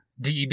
DEB